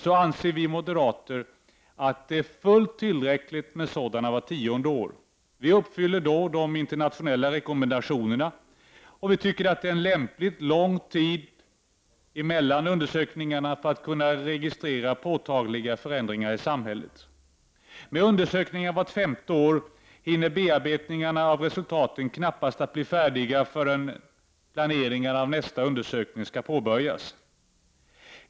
Vi moderater anser att det är fullt tillräckligt med sådana vart tionde år. Vi uppfyller då de internationella rekommendationerna, och vi tycker att det är en lämpligt lång tid mellan undersökningarna för att kunna registrera påtagliga förändringar i samhället. Med undersökningar vart femte år hinner bearbetningarna av resultaten knappast bli färdiga förrän planeringen av nästa undersökning skall påbörjas.